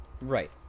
right